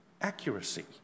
accuracy